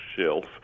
shelf